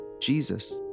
Jesus